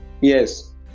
yes